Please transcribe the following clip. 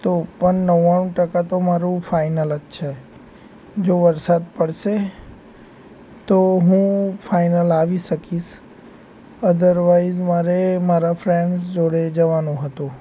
તો પણ નવ્વાણું ટકા તો મારું ફાઇનલ જ છે જો વરસાદ પડશે તો હું ફાઇનલ આવી શકીશ અધરવાઇસ મારે મારા ફ્રેન્ડ્સ જોડે જવાનું હતું